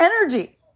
energy